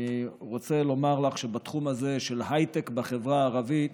אני רוצה לומר לך שבתחום הזה של הייטק בחברה הערבית,